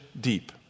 deep